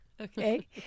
okay